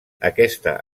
aquesta